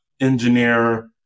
engineer